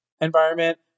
environment